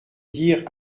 dire